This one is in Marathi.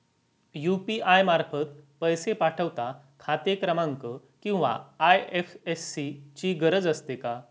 यु.पी.आय मार्फत पैसे पाठवता खाते क्रमांक किंवा आय.एफ.एस.सी ची गरज असते का?